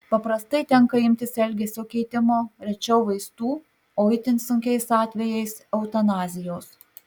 paprastai tenka imtis elgesio keitimo rečiau vaistų o itin sunkiais atvejais eutanazijos